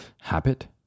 Habit